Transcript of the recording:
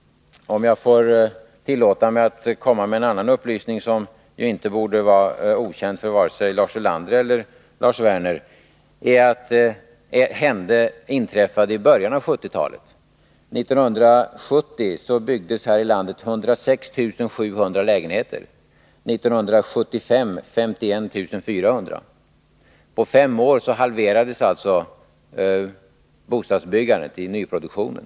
Om jag får tillåta mig att lämna en annan upplysning, som inte borde vara okänd för vare sig Lars Ulander eller Lars Werner, vill jag peka på att det stora raset på byggarbetsmarknaden inträffade i början av 1970-talet. År 1970 byggdes här i landet 106 700 lägenheter, år 1975 51 400. På fem år halverades alltså bostadsbyggandet i nyproduktionen.